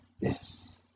Yes